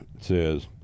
says